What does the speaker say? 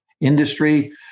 industry